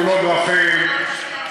תאונות דרכים,